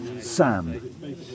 Sam